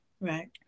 Right